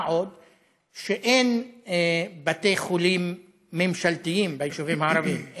מה גם שאין בתי חולים ממשלתיים ביישובים הערביים.